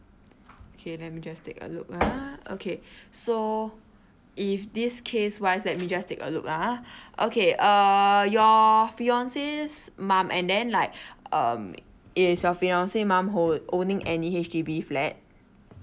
okay let me just take a look ah okay so if this case wise let me just take a look ah okay err your fiancee's mom and then like um is your fiancee's mom hold owning any H_D_B flat